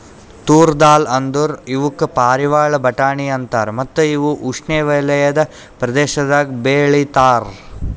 ತೂರ್ ದಾಲ್ ಅಂದುರ್ ಇವುಕ್ ಪಾರಿವಾಳ ಬಟಾಣಿ ಅಂತಾರ ಮತ್ತ ಇವು ಉಷ್ಣೆವಲಯದ ಪ್ರದೇಶದಾಗ್ ಬೆ ಳಿತಾರ್